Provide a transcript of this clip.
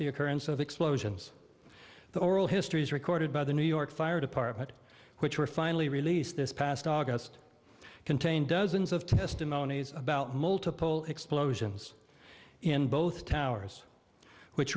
the occurrence of explosions the oral histories recorded by the new york fire department which were finally released this past august contained dozens of testimonies about multiple explosions in both towers which